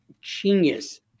genius